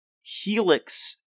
Helix